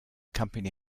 company